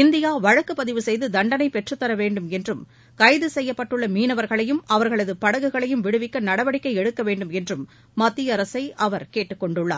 India வழக்குப் பதிவு செய்து தண்டனை பெற்றுத்தர வேண்டுமென்றும் கைது செய்யப்பட்டுள்ள மீனவர்களையும் அவர்களது படகுகளையும் விடுவிக்க நடவடிக்கை எடுக்க வேண்டுமென்றும் மத்திய அரசை அவர் கேட்டுக் கொண்டுள்ளார்